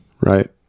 Right